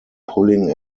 pulling